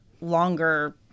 longer